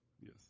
Yes